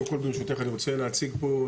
קודם כל ברשותך אני רוצה להציג פה,